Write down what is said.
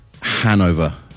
Hanover